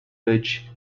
which